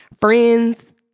friends